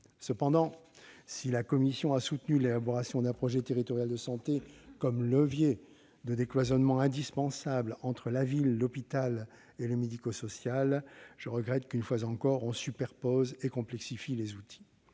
Cela dit, si la commission a soutenu l'élaboration d'un projet territorial de santé comme levier du décloisonnement indispensable entre la ville, l'hôpital et le médico-social, je regrette que, une fois encore, on superpose et complexifie les outils.